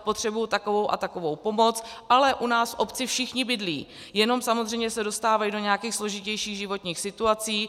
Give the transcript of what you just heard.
Potřebuji takovou a takovou pomoc, ale u nás v obci všichni bydlí, jenom samozřejmě se dostávají do nějakých složitějších životních situací.